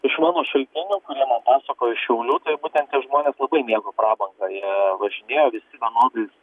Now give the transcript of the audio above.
iš mano šaltinių kurie man pasakojo iš šiaulių tai būtent tie žmonės labai mėgo prabangą jie važinėjo visi vienodais